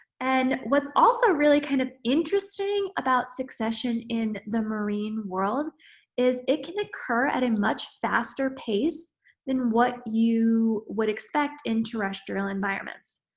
and, what's also really kind of interesting about succession in the marine world is it can occur at a much faster pace than what you would expect in terrestrial environments.